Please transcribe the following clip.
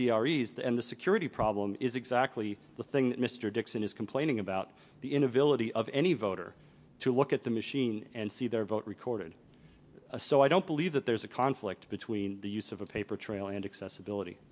eased and the security problem is exactly the thing mr dixon is complaining about the inability of any voter to look at the machine and see their vote recorded a so i don't believe that there's a conflict between the use of a paper trail and accessibility